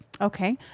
Okay